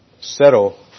settle